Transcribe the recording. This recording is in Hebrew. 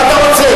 מה אתה רוצה?